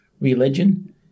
religion